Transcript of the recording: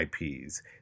IPs